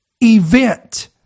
event